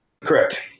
Correct